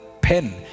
pen